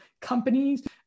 companies